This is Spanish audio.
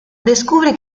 descubre